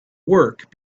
work